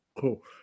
Cool